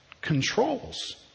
controls